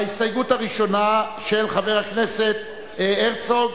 ההסתייגות הראשונה של חבר הכנסת הרצוג,